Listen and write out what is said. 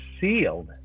sealed